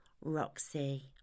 Roxy